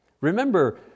Remember